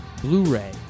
Blu-ray